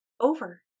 over